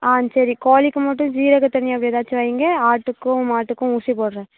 ஆ சரி கோழிக்கு மட்டும் சீரகத்தண்ணி அப்படி ஏதாச்சும் வைங்க ஆட்டுக்கும் மாட்டுக்கும் ஊசி போடுறேன்